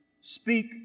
speak